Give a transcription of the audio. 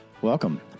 Welcome